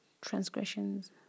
transgressions